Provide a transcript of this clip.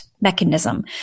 mechanism